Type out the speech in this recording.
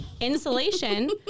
insulation